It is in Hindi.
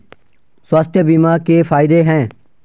स्वास्थ्य बीमा के फायदे हैं?